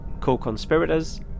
co-conspirators